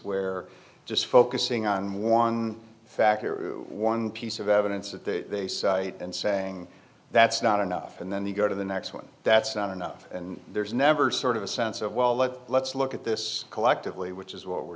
where just focusing on one factor or one piece of evidence that they cite and saying that's not enough and then they go to the next one that's not enough and there's never sort of a sense of well let's let's look at this collectively which is what we're